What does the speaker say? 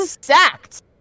sacked